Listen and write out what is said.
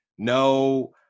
no